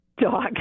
dog